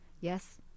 Yes